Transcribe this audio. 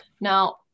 Now